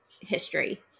history